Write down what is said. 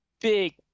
big